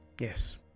Yes